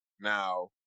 Now